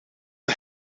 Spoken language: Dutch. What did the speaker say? een